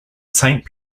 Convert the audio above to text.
saint